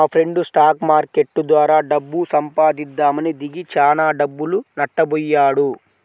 మాఫ్రెండు stock market ద్వారా డబ్బు సంపాదిద్దామని దిగి చానా డబ్బులు నట్టబొయ్యాడు